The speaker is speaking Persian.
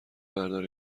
بردار